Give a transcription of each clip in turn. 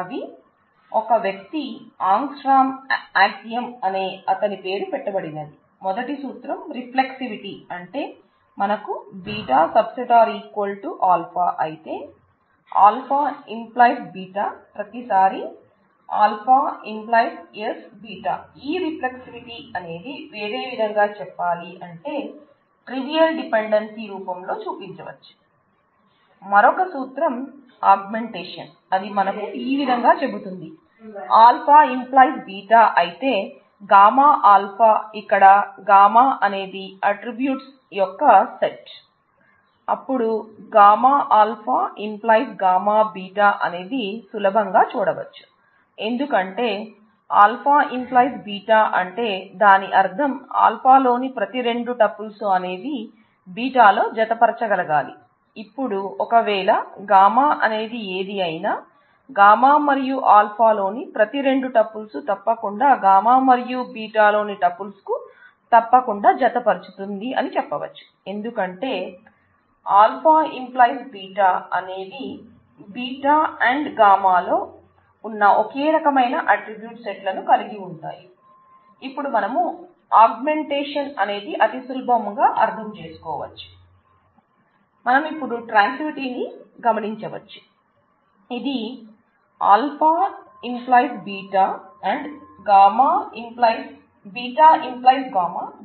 అపుడు γ α → γ β అనేది సులభంగా చూడవచ్చు ఎందుకంటే α → β అంటే దాని అర్థం α లోని ప్రతి రెండు టపుల్స్ ని గమనించవచ్చు అది if α → β and β → γ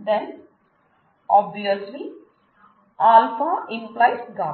then obviously α → γ